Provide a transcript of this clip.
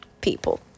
people